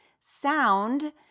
sound